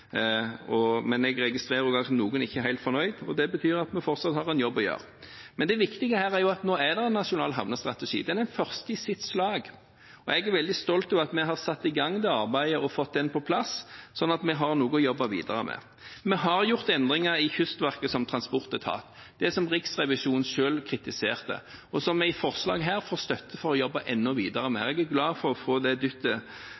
Men jeg registrerer også at noen ikke er helt fornøyd, og det betyr at vi fortsatt har en jobb å gjøre. Det viktige her er at nå har vi en nasjonal havnestrategi. Det er den første i sitt slag. Jeg er veldig stolt over at vi satte i gang det arbeidet og har fått den på plass, sånn at vi har noe å jobbe videre med. Vi har gjort endringer i Kystverket som transportetat – det som Riksrevisjonen kritiserte, og som vi i forslag her får støtte for å jobbe videre med. Jeg er glad for å få det dyttet